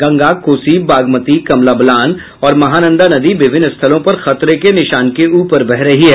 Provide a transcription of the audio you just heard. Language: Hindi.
गंगा कोसी बागमती कमला बलान और महानंदा नदी विभिन्न स्थलों पर खतरे के निशान के ऊपर बह रही है